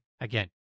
Again